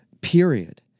Period